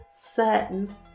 certain